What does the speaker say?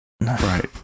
Right